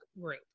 group